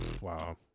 Wow